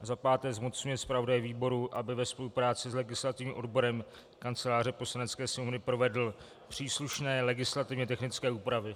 Za páté zmocňuje zpravodaje výboru, aby ve spolupráci s legislativním odborem Kanceláře Poslanecké sněmovny provedl příslušné legislativně technické úpravy.